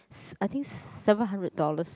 I think seven hundred dollars